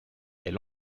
elle